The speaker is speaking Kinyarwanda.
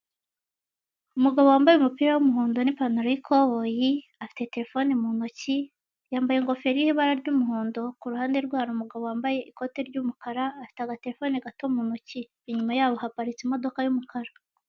Umugabo wambaye umupira w'umuhondo n'ipantaro y'ikoboyi afite terefone mu ntoki yambaye ingofero iriho ibara ry'umuhondo, ku ruhande rwe hari umugabo wambaye ikote ry'umukara afite agaterefone gato k'umukara, inyuma yabo hapatitse imodoka y'umukara.